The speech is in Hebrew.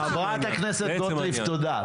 חברת הכנסת גוטליב, תודה.